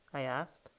i asked.